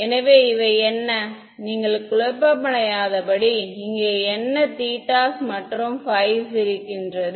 எனவே இவை என்ன நீங்கள் குழப்பமடையாதபடி இங்கே என்ன θs மற்றும் ϕ's இருக்கிறது